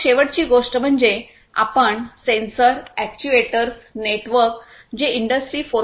मग शेवटची गोष्ट म्हणजे आपण सेन्सर अॅक्ट्युएटर्स नेटवर्क जे इंडस्त्री 4